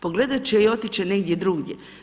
Pogledat će i otići će negdje drugdje.